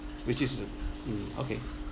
which is mm okay